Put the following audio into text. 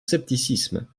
scepticisme